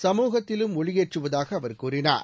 சமூகத்திலும் ஒளியேற்றுவதாக அவா் கூறினார்